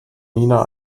nina